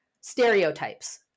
Stereotypes